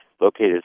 located